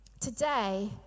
Today